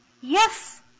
Yes